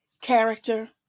character